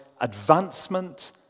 advancement